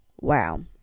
wow